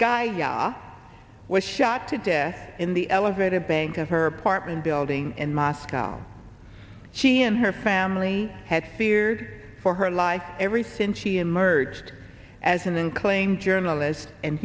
guy yahoo was shot to death in the elevator bank of her apartment building in moscow she and her family had feared for her life every since she emerged as an unclaimed journalist and